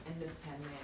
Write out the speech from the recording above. independent